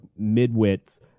midwits